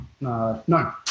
No